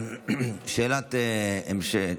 שאלות המשך,